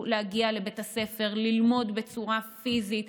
להגיע לבית הספר וללמוד בצורה פיזית.